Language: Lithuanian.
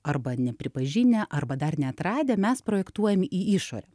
arba nepripažinę arba dar neatradę mes projektuojam į išorę